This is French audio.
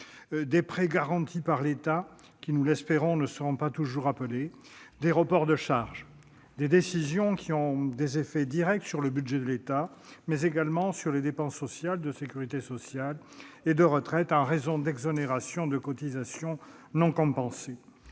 des prêts garantis par l'État- lesquels, nous l'espérons, ne seront pas toujours appelés -, ou encore des reports de charges ... Autant de décisions qui ont des effets directs sur le budget de l'État, mais également sur les dépenses de sécurité sociale et de retraite, en raison d'exonérations non compensées